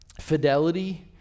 fidelity